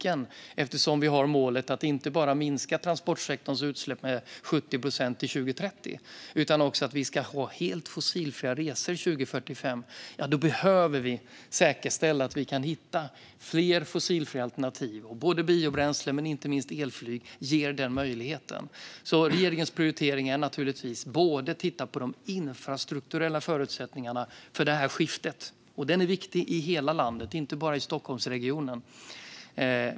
Eftersom vi har målet att inte bara minska transportsektorns utsläpp med 70 procent till 2030 utan att vi också ska ha helt fossilfria resor 2045 behöver vi säkerställa att vi kan hitta fler fossilfria alternativ, och både biobränsle och inte minst elflyg ger den möjligheten. Regeringens prioritering är naturligtvis att titta på de infrastrukturella förutsättningarna för det här skiftet, och den är viktig i hela landet och inte bara i Stockholmsregionen.